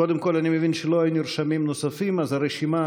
קודם כול, אני מבין שלא היו נרשמים נוספים, יש?